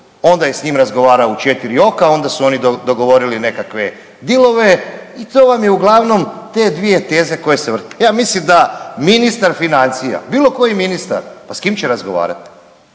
onda je s njim razgovarao u 4 oka, onda su oni dogovorili nekakve dilove i to vam je uglavnom te dvije teze koje se vrte. Ja mislim da ministar financija, bilo koji ministar, pa s kim će razgovarati,